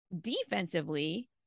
Defensively